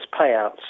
payouts